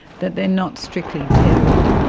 that they are not strictly tethered.